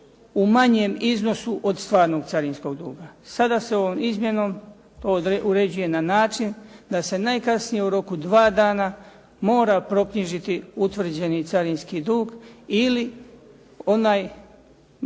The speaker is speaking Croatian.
u manjem iznosu od stvarnog carinskog duga. Sada s ovom izmjenom to uređuje na način da se najkasnije u roku od 2 dana mora proknjižiti utvrđeni carinski dug ili onaj